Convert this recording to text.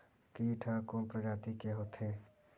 कीट ह कोन प्रजाति के होथे?